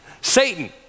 satan